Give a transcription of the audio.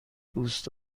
دوست